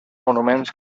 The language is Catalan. monuments